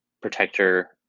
protector